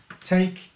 take